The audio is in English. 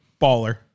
Baller